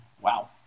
Wow